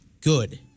good